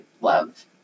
love